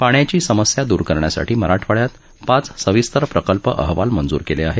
पाण्याची समस्या द्र करण्यासाठी मराठवाइयात पाच सविस्तर प्रकल्प अहवाल मंजूर केले आहेत